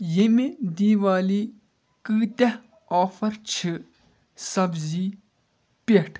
ییٚمہِ دیوالی کۭتیاہ آفر چھِ سبزِی پٮ۪ٹھ